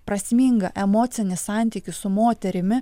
prasmingą emocinį santykį su moterimi